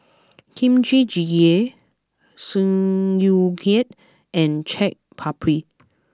Kimchi Jjigae Sauerkraut and Chaat Papri